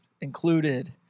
included